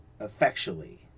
effectually